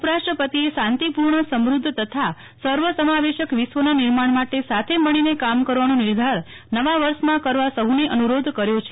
ઉપરાષ્ટ્રપતિએ શાંતિપૂર્ણ સમૃદ્ધ તથા સર્વસમાવેશક વિશ્વના નિર્માણ માટે સાથે મળીને કામ કરવાનો નિર્ધાર નવા વર્ષમાં કરવા સહુને અનુરોધ કર્યો છે